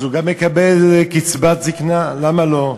אז הוא גם מקבל קצבת זיקנה, למה לא?